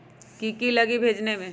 की की लगी भेजने में?